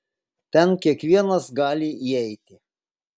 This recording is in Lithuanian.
ten kiekvienas gali įeit